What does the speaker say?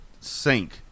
sink